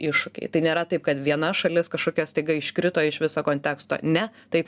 iššūkiai tai nėra taip kad viena šalis kažkokia staiga iškrito iš viso konteksto ne taip